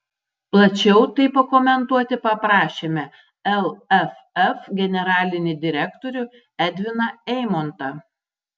plačiau tai pakomentuoti paprašėme lff generalinį direktorių edviną eimontą